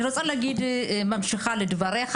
אני רוצה לומר בהמשך לדבריך,